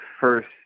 first